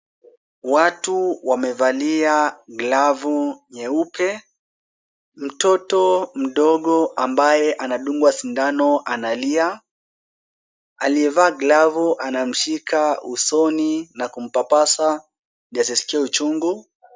Watu wamevalia glavu nyeupe, mtoto mdogo ambaye anadungwa sindano analia. Aliyevaa glavu anamshika usoni na kumpapasa ndio asisikie uchungu.